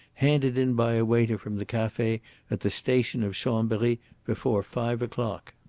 handed in by a waiter from the cafe at the station of chambery before five o'clock.